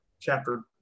chapter